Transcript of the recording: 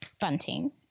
Bunting